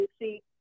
See